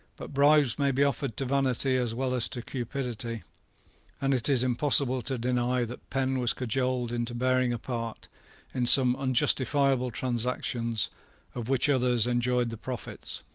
but bribes may be offered to vanity as well as to cupidity and it is impossible to deny that penn was cajoled into bearing a part in some unjustifiable transactions of which others enjoyed the profits.